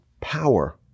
power